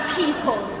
people